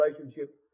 relationship